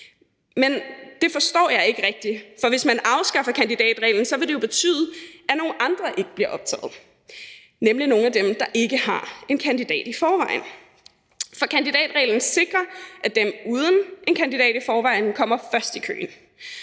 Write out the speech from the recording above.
Men det forstår jeg ikke rigtig, for hvis man afskaffer kandidatreglen, vil det jo betyde, at nogle andre ikke bliver optaget, nemlig nogle af dem, der ikke har en kandidat i forvejen. For kandidatreglen sikrer, at dem uden en kandidat i forvejen kommer først i køen.